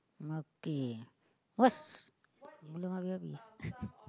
okay what's belum habis habis